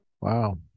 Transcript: Wow